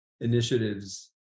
initiatives